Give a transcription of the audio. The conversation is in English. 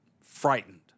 frightened